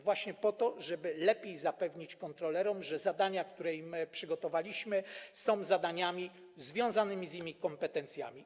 Właśnie po to, żeby lepiej zapewnić kontrolerom, że zadania, które im przygotowaliśmy, są zadaniami związanymi z nimi kompetencjami.